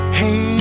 hey